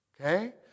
Okay